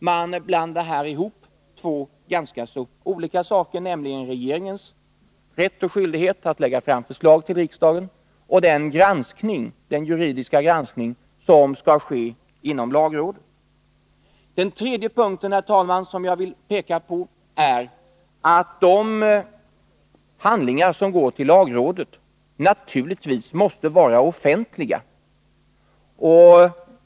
Man blandar här ihop två olika saker, nämligen regeringens rätt och skyldighet att lägga fram förslag till riksdagen och den juridiska granskning som skall ske inom lagrådet. Dessutom, herr talman, vill jag påpeka att de handlingar som går till lagrådet naturligtvis måste vara offentliga.